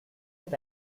est